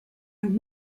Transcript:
and